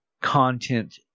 content